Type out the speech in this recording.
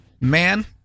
Man